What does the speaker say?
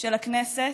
של הכנסת,